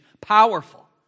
powerful